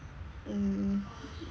hmm